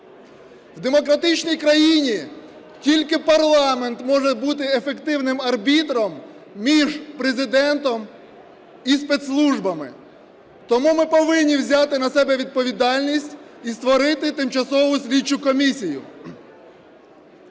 В демократичній країні тільки парламент може бути ефективним арбітром між Президентом і спецслужбами. Тому ми повинні взяти на себе відповідальність і створити тимчасову слідчу комісію.